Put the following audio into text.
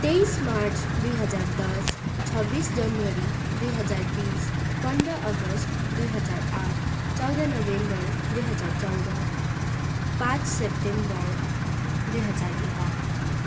तेइस मार्च दुई हजार दस छब्बिस जनवरी दुई हजार बिस पन्ध्र अगस्ट दुई हजार आठ चौध नोभेम्बर दुई हजार चौध पाँच सेप्टेम्बर दुई हजार एघार